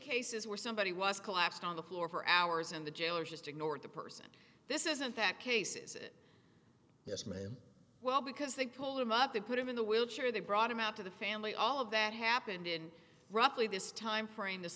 cases where somebody was collapsed on the floor for hours and the jailers just ignored the person this isn't that cases it well because they pulled him up they put him in the wheelchair they brought him out to the family all of that happened in roughly this time frame